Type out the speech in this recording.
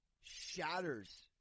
shatters